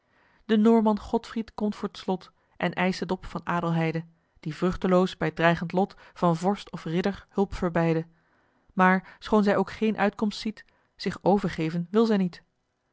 de noorman godfried komt voor t slot en eischt het op van adelheide die vruchteloos bij t dreigend lof van vorst of ridder hulp verbeidde maar schoon zij ook geen uitkomst ziet zich overgeven wil zij niet